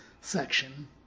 section